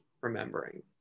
remembering